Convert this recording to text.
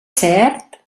cert